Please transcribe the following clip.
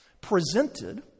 presented